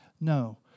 No